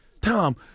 Tom